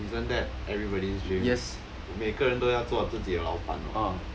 isn't that everybody's dream 每个人都要做自己的老板